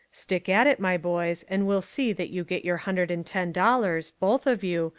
stick at it, my boys, and we'll see that you get your hundred and ten dollars, both of you,